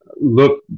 look